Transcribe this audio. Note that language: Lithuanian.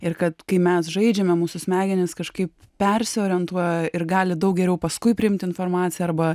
ir kad kai mes žaidžiame mūsų smegenys kažkaip persiorientuoja ir gali daug geriau paskui priimti informaciją arba